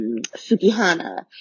Sukihana